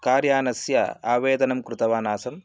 car यानस्य आवेदनं कृतवानासं